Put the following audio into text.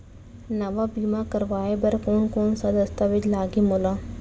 नवा बीमा करवाय बर कोन कोन स दस्तावेज लागही मोला?